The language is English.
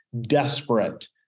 desperate